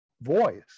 voice